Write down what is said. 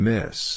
Miss